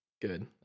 good